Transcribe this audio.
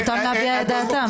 זכותם להביע את דעתם,